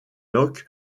locke